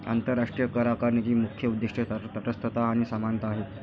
आंतरराष्ट्रीय करआकारणीची मुख्य उद्दीष्टे तटस्थता आणि समानता आहेत